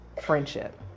friendship